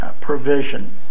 provision